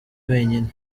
wenyine